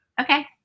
Okay